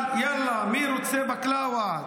למשל: יאללה, מי רוצה בקלאווה?